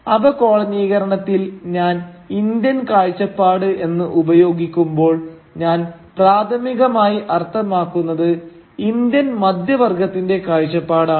അപകോളനീകരണത്തിൽ ഞാൻ ഇന്ത്യൻ കാഴ്ചപ്പാട് എന്ന് ഉപയോഗിക്കുമ്പോൾ ഞാൻ പ്രാഥമികമായി അർത്ഥമാക്കുന്നത് ഇന്ത്യൻ മധ്യവർഗത്തിന്റെ കാഴ്ചപ്പാടാണ്